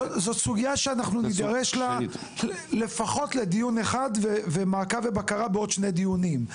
זאת סוגיה שאנחנו נדרש לה לפחות בדיון אחד ומעקב ובקרה לעוד שני דיונים.